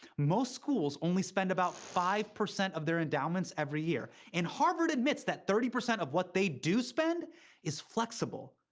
most schools only spend about five percent of their endowments every year. and harvard admits that thirty percent of what they do spend is flexible.